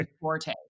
forte